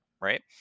right